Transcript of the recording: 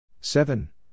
seven